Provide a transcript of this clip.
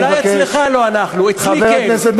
אולי אצלך לא אנחנו, אצלי כן.